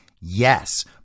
Yes